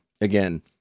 Again